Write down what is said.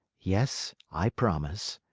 yes, i promise,